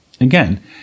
Again